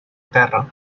terra